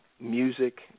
music